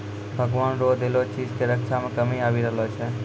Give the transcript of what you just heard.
भगवान रो देलो चीज के रक्षा मे कमी आबी रहलो छै